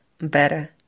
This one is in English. better